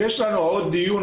יש לנו היום עוד דיון,